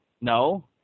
No